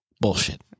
Bullshit